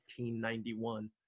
1991